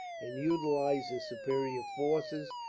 and utilize his superior forces,